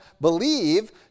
believe